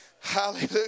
Hallelujah